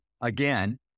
again